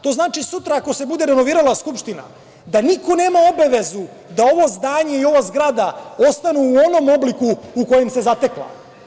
To znači sutra ako se bude renovirala Skupština, da niko nema obavezu da ovo zdanje i ova zgrada ostanu u onom obliku u kojem se zatekla.